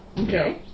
Okay